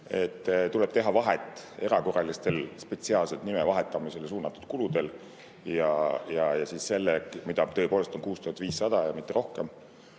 Tuleb teha vahet erakorralistel, spetsiaalsetel nime vahetamisele suunatud kuludel, mida tõepoolest on 6500 ja mitte rohkem,